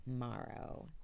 tomorrow